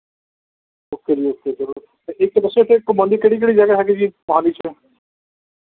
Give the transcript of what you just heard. okay ਜੀ okay ਜ਼ਰੂਰ ਅਤੇ ਇੱਕ ਦੱਸਿਉ ਕਿ ਘੁੰਮਣ ਲਈ ਕਿਹੜੀ ਕਿਹੜੀ ਜਗ੍ਹਾ ਹੈ ਜੀ ਮੋਹਾਲੀ 'ਚ